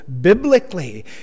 biblically